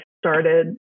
started